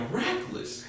reckless